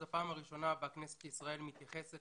זו הפעם הראשונה בה כנסת ישראל מתייחסת